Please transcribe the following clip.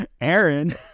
Aaron